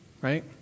right